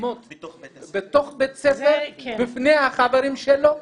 אלימות בתוך בית ספר בפני החברים שלו?